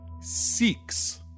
six